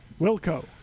Wilco